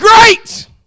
great